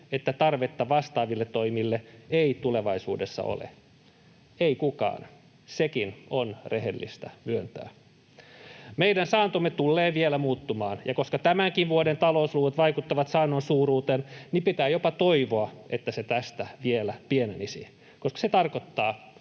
että tarvetta vastaaville toimille ei tulevaisuudessa ole? Ei kukaan. Sekin on rehellistä myöntää. Meidän saantomme tullee vielä muuttumaan, ja koska tämänkin vuoden talousluvut vaikuttavat saannon suuruuteen, pitää jopa toivoa, että se tästä vielä pienenisi, koska se tarkoittaa,